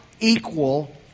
equal